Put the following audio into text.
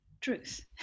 truth